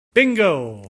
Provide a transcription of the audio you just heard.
bingo